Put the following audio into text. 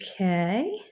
Okay